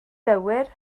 gywir